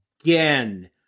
again